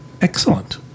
Excellent